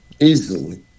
Easily